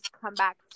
comeback